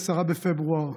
10 בפברואר,